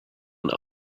and